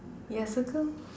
yeah circle